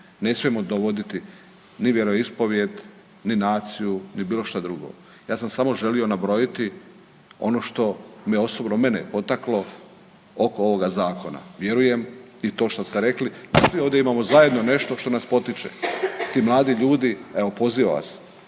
Ne smijemo dovoditi ni vjeroispovijed ni naciju ni bilo što drugo. Ja sam samo želio nabrojiti ono što me osobno, mene potaklo oko ovoga Zakona. Vjerujem i to što ste rekli, svi ovdje imamo zajedno nešto što nas potiče. Ti mladi ljudi, evo, pozivam vas